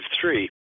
three